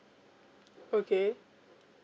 okay